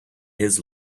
his